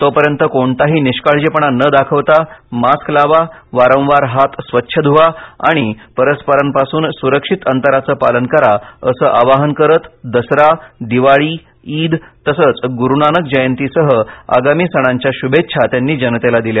तोपर्यंत कोणताही निष्काळजीपणा न दाखवता मास्क लावा वारंवार हात स्वच्छ धुवा आणि परस्परांपासून सूरक्षित अंतराचं पालन करा असं आवाहन करत दसरा दिवाळी ईद तसंच गुरुनानक जयंतीसह आगामी सणांच्या शुभेच्छा त्यांनी जनतेला दिल्या